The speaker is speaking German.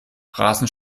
rasend